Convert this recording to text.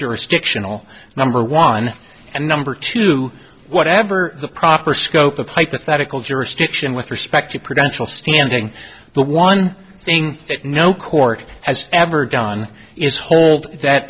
jurisdictional number one and number two whatever the proper scope of hypothetical jurisdiction with respect to preventable standing but one thing that no court has ever done is hold that